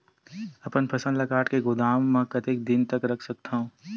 अपन फसल ल काट के गोदाम म कतेक दिन तक रख सकथव?